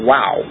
Wow